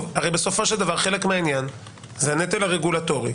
הרי בסופו של דבר חלק מהעניין זה הנטל הרגולטורי,